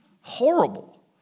horrible